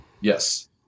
Yes